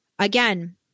Again